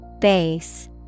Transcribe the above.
Base